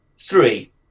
three